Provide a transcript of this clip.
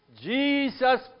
Jesus